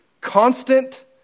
constant